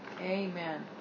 Amen